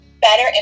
better